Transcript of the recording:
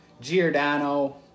Giordano